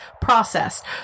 processed